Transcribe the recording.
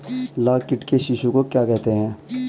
लाख कीट के शिशु को क्या कहते हैं?